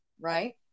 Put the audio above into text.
right